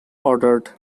ordered